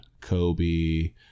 Kobe